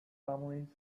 families